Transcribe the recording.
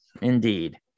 Indeed